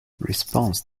response